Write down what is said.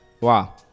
wow